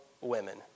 women